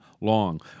long